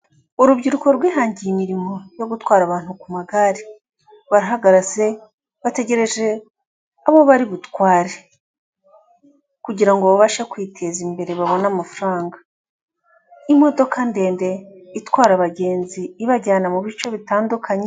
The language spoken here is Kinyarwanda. Urubyiruko rwihangiye imirimo yo gutwara abantu ku magare barahagaze bategereje abo bari butware kugirango babashe kwiteza imbere babone amafaranga ,imodoka ndende itwara abagenzi ibajyana mu bice bitandukanye .